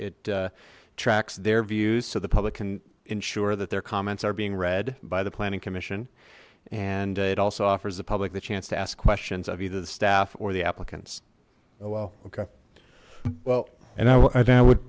tracks their views so the public can ensure that their comments are being read by the planning commission and it also offers the public the chance to ask questions of either the staff or the applicants well okay well and i would